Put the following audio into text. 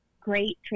great